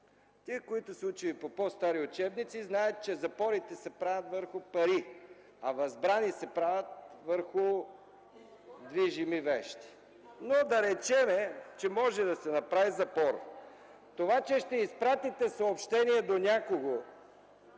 Тези, които са учили по по-стари учебници знаят, че запорите се правят върху пари, а възбрани се правят върху движими вещи, но, да речем, че може да се направи запор. Това, че ще изпратите съобщение до някого,